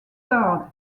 third